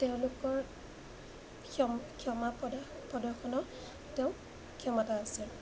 তেওঁলোকৰ ক্ষমা প্ৰদৰ্শনৰ তেওঁক ক্ষমতা আছে